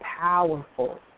powerful